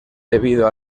debido